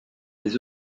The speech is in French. des